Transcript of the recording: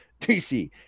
DC